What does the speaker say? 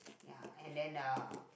ya and then uh